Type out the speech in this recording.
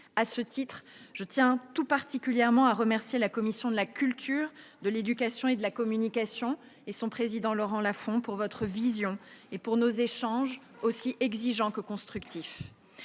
À ce titre, je tiens tout particulièrement à remercier la commission de la culture, de l'éducation et de la communication, ainsi que son président, Laurent Lafon, pour sa vision et pour nos échanges, aussi exigeants que constructifs.